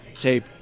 tape